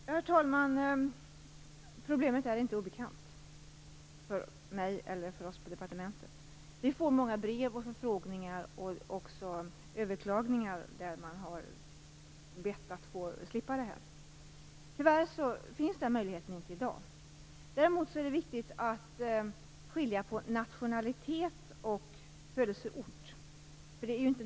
Herr talman! Problemet är inte obekant för mig och för oss på departementet. Vi får många brev, förfrågningar och överklaganden där man ber att få slippa detta. Tyvärr finns den möjligheten inte i dag. Det är också viktigt att skilja mellan nationalitet och födelseort.